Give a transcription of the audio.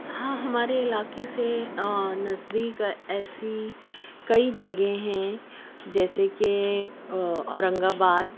ہاں ہمارے علاقے سے نزدیک ایسی کئی جگہیں ہیں جیسے کہ او اورنگ آباد